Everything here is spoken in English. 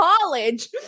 college